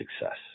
success